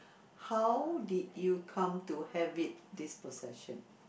how did you come to have it this possession